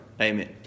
Amen